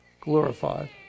glorified